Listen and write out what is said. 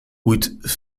with